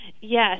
Yes